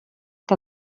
que